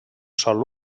sol